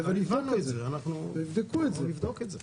נבדוק את זה.